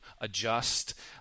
adjust